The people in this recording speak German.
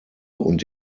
und